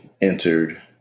entered